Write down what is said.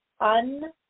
un